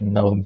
no